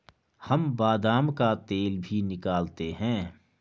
हम बादाम का तेल भी निकालते हैं